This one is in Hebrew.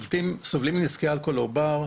סובלים מנזקי אלכוהול לעובר.